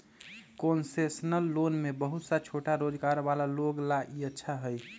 concessional loan में बहुत सा छोटा रोजगार वाला लोग ला ई अच्छा हई